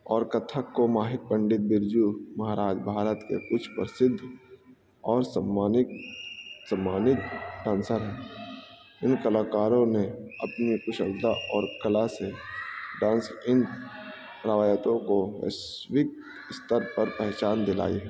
اور کتھک کو ماہک پنڈت برجو مہاراج بھارت کے کچھ پرسدھ اور سمانک سمانت ڈانسر ہیں ان کلاکاروں نے اپنی کشلتا اور کلا سے ڈانس ان روایتوں کو ویشوک استر پر پہچان دلائی